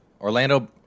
Orlando